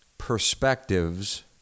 Perspectives